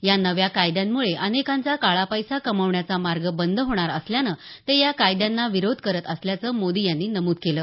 या नव्या कायद्यांमुळे अनेकांचा काळा पैसा कमावण्याचा मार्ग बंद होणार असल्यानं ते या कायद्यांना विरोध करत असल्याचं मोदी यांनी नमूद केलं